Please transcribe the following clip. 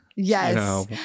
yes